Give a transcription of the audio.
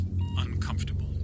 uncomfortable